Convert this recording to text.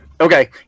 Okay